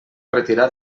retirar